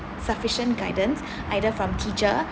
sufficient guidance either from teacher